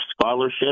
scholarship